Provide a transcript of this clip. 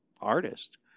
artist